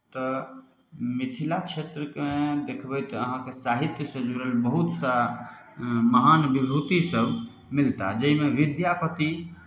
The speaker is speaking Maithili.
तऽ मिथिला क्षेत्रकेँ देखबै तऽ अहाँकेँ साहित्यसँ जुड़ल बहुत सारा महान विभूति सभ मिलता जाहिमे विद्यापति